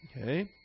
Okay